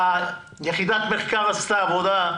יחידת המחקר עשתה עבודה.